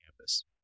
campus